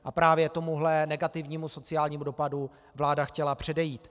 A právě tomuhle negativnímu sociálnímu dopadu vláda chtěla předejít.